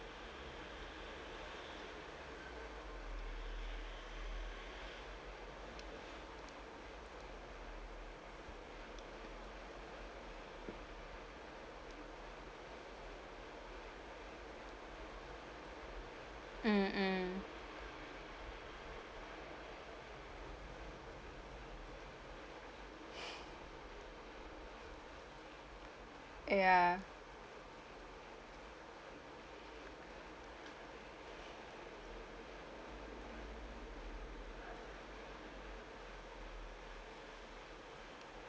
mm mm ya